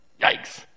Yikes